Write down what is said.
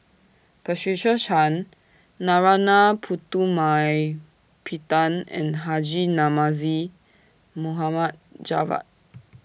Patricia Chan Narana Putumaippittan and Haji Namazie Mohd Javad